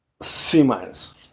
C-minus